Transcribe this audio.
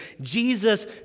Jesus